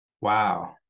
Wow